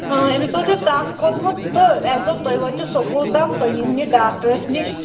اۭں أمِس اوس یہِ تَپھ کھوتمُت تہٕ اَسہِ دوٚپ تُہۍ وٲتِو سکوٗل تام تُہی نیٖہوٗن یہِ ڈاکٹرس نِش